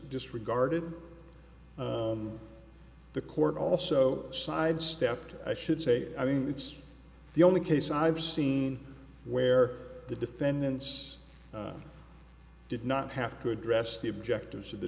disregarded the court also sidestepped i should say i mean it's the only case i've seen where the defendants did not have to address the objectives of the